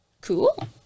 Cool